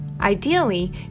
Ideally